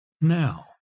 now